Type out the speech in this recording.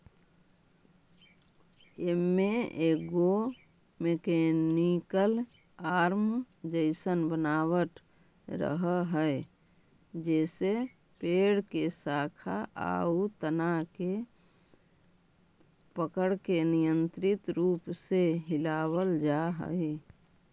एमे एगो mechanical arm जइसन बनावट रहऽ हई जेसे पेड़ के शाखा आउ तना के पकड़के नियन्त्रित रूप से हिलावल जा हई